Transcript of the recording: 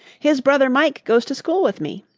his brother mike goes to school with me,